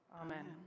Amen